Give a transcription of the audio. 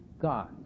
God